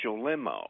limo